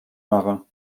marin